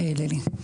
ללי.